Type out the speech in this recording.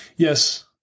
Yes